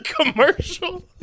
commercial